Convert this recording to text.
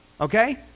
okay